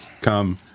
come